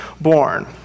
born